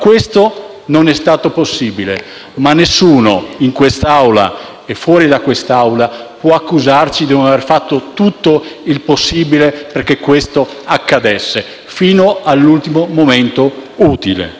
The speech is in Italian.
non è stato possibile, ma nessuno in quest'Aula e fuori da essa, può accusarci di non aver fatto tutto il possibile affinché ciò accadesse, fino all'ultimo momento utile.